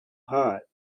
hot